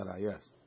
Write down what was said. Yes